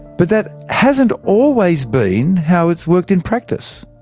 but that hasn't always been how it's worked in practice.